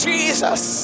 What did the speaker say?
Jesus